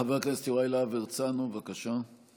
חבר הכנסת יואב להב הרצנו, בבקשה.